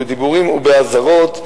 בדיבורים ובאזהרות,